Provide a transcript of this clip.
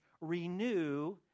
renew